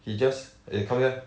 he just eh come here